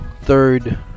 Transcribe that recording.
third